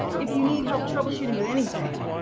if you need help troubleshooting with anything.